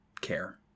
Care